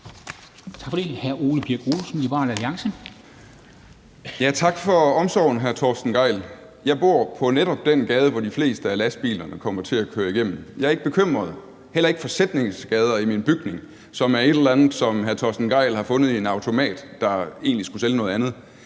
Kl. 21:32 Ole Birk Olesen (LA): Tak for omsorgen, hr. Torsten Gejl. Jeg bor på netop den gade, hvor de fleste af lastbilerne kommer til at køre igennem. Jeg er ikke bekymret, heller ikke for sætningsskader i min bygning, som er et eller andet, som hr. Torsten Gejl har fundet i en automat, der egentlig skulle sælge noget andet.